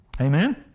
Amen